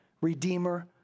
Redeemer